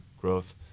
growth